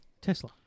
Tesla